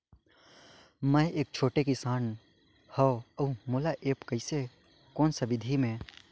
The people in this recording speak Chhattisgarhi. मै एक छोटे किसान हव अउ मोला एप्प कइसे कोन सा विधी मे?